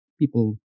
people